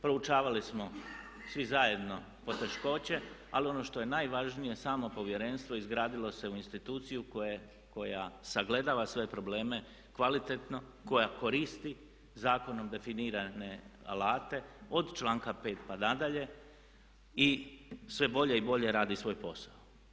Proučavali smo svi zajedno poteškoće, ali ono što je najvažnije samo povjerenstvo izgradilo se u instituciju koja sagledava sve probleme kvalitetno, koja koristi zakonom definirane alate od članka 5. pa nadalje i sve bolje i bolje radi svoj posao.